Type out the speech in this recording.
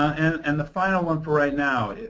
and the final one for right now,